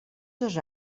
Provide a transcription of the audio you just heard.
dos